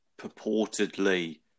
purportedly